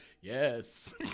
Yes